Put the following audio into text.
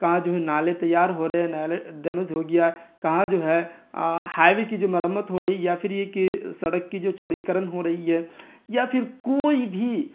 کہاں جو ہے نالے تیار ہو رہے ہیں نالے ڈیمیز ہو گیا ہے کہاں جو ہے ہائیوے کی جو مرمت ہو رہی یا پھر یہ کہ سڑک کی جو چوڑی کرن ہو رہی ہے یا پھر کوئی بھی